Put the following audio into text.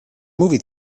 movie